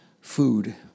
Food